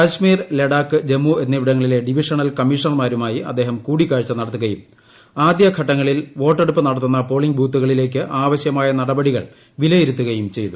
കാശ്മീർ ലഡ്ടാക്ക് ജമ്മു എന്നിവിടങ്ങളിലെ ഡിവിഷണൽ കമ്മീഷണർമ്മാർമായി അദ്ദേഹം കൂടിക്കാഴ്ച നടത്തുകയും ആദ്യ ഘട്ടങ്ങ്ങ്ളിൽ വോട്ടെടുപ്പ് നടത്തുന്ന പോളിംഗ് ബൂത്തുകളിലേയ്ക്ക് ആവശ്യ്മായ നടപടികൾ വിലയിരുത്തുകയും ചെയ്തു